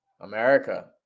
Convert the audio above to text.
America